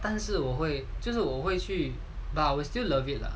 但是我会就是我会去 but will still love it lah